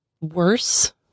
worse